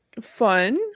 fun